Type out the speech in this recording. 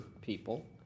people